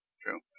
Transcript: true